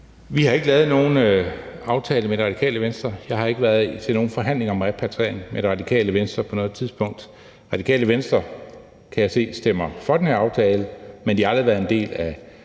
Vi har ikke lavet nogen aftale med Radikale Venstre; jeg har ikke været til nogen forhandlinger om repatriering med Radikale Venstre på noget tidspunkt. Radikale Venstre stemmer for den her aftale, kan jeg se, men de har aldrig været en del af